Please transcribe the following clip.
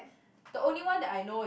the only one that I know